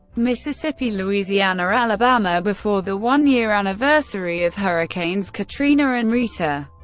mississippi, louisiana, alabama before the one-year anniversary of hurricanes katrina and rita.